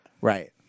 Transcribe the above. Right